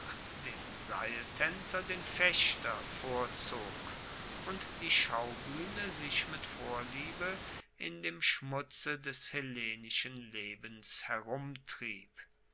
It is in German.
dem seiltaenzer den fechter vorzog und die schaubuehne sich mit vorliebe in dem schmutze des hellenischen lebens herumtrieb